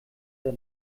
der